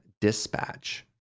Dispatch